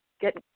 get